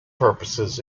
purposes